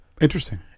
Interesting